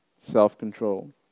self-control